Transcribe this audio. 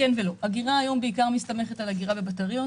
מסתמכת בעיקר על אגירה בבטריות,